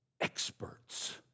experts